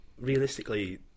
realistically